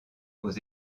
aux